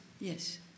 Yes